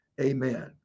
Amen